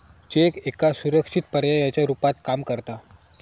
check एका सुरक्षित पर्यायाच्या रुपात काम करता